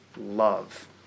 love